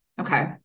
Okay